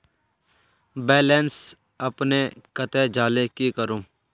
Balance अपने कते जाले की करूम?